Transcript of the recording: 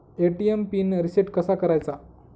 ATM pin reset कसा करायचा?